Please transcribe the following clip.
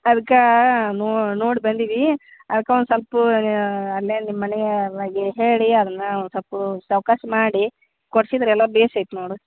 ಅದಕ್ಕೆ ನೋಡಿ ಬಂದೀವಿ ಅದಕ್ಕೆ ಒಂದು ಸ್ವಲ್ಪ ಅಲ್ಲೇ ನಿಮ್ಮನೆಯವ ಆಗಿ ಹೇಳಿ ಅದನ್ನ ಒಂದು ಸೊಪ್ಪು ಚೌಕಾಸಿ ಮಾಡಿ ಕೊಡಿಸಿದ್ರೆ ಎಲ್ಲ ಬೇಸೈತೆ ನೋಡಿ